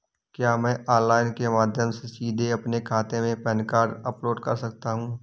क्या मैं ऑनलाइन के माध्यम से सीधे अपने खाते में पैन कार्ड अपलोड कर सकता हूँ?